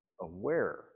aware